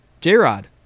J-Rod